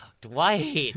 Dwight